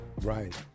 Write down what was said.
Right